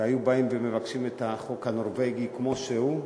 והיו באים ומבקשים את החוק הנורבגי כמו שהוא,